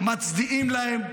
מצדיעים להם,